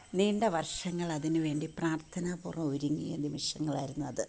നീണ്ട വർഷങ്ങൾ അതിനു വേണ്ടി പ്രാർത്ഥനാ പൂർവ്വം ഒരുങ്ങിയ നിമിഷങ്ങളായിരുന്നു അത്